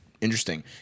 Interesting